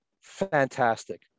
fantastic